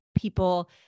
people